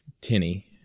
tinny